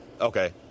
Okay